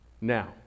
now